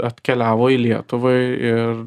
atkeliavo į lietuvai ir